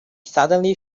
suddenly